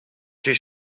she